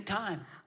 time